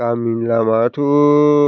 गामिनि लामायाथ'